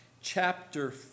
chapter